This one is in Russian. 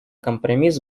компромисс